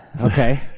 Okay